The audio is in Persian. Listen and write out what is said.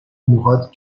موهات